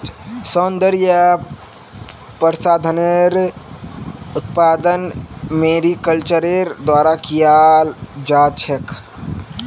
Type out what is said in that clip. सौन्दर्य प्रसाधनेर उत्पादन मैरीकल्चरेर द्वारा कियाल जा छेक